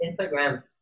Instagram